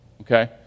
okay